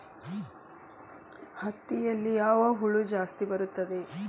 ಹತ್ತಿಯಲ್ಲಿ ಯಾವ ಹುಳ ಜಾಸ್ತಿ ಬರುತ್ತದೆ?